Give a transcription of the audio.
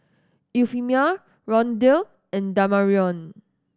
Euphemia Rondal and Damarion